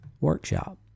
workshop